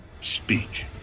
speak